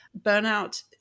Burnout